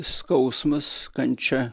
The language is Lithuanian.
skausmas kančia